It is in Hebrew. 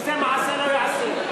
שזה מעשה שלא ייעשה.